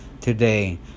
today